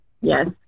Yes